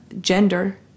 gender